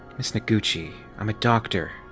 ms. noguchi, i'm a doctor,